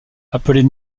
appelées